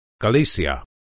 Galicia